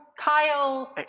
kyle,